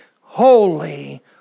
Holy